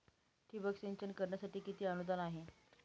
ठिबक सिंचन करण्यासाठी किती अनुदान आहे?